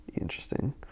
interesting